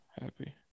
happy